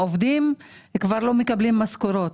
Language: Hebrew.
העובדים לא מקבלים משכורות.